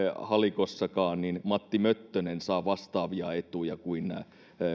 halikossakaan matti möttönen saa vastaavia etuja kuin